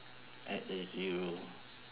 add a zero